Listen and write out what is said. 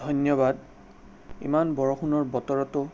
ধন্যবাদ ইমান বৰষুণৰ বতৰতো